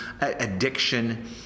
addiction